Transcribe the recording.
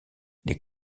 les